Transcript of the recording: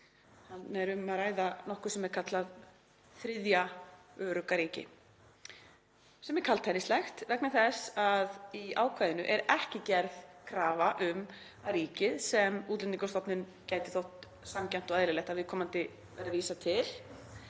Þarna er um að ræða nokkuð sem er kallað öruggt þriðja ríki, sem er kaldhæðnislegt vegna þess að í ákvæðinu er ekki gerð krafa um að ríkið, sem Útlendingastofnun gæti þótt sanngjarnt og eðlilegt að viðkomandi yrði vísað til,